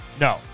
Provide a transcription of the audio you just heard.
no